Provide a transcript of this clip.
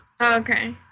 Okay